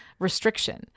Restriction